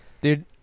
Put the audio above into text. dude